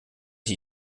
ich